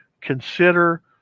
consider